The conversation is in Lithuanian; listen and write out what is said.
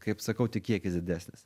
kaip sakau tik kiekis didesnis